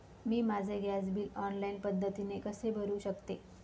मी माझे gas bill online पद्धतीने कसे भरु शकते?